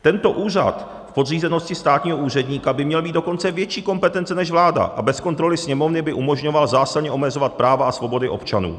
Tento úřad v podřízenosti státního úředníka by měl mít dokonce větší kompetence než vláda a bez kontroly Sněmovny by umožňoval zásadně omezovat práva a svobody občanů.